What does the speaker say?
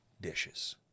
dishes